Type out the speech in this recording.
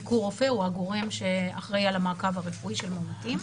ביקור רופא הוא הגורם שאחראי על המעקב הרפואי של המאומתים.